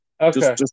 Okay